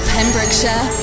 Pembrokeshire